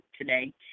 today